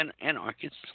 anarchists